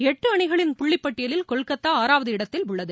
எட்டு அணிகளின் புள்ளிப் பட்டியிலில் கொல்கத்தா ஆறாவது இடத்தில் உள்ளது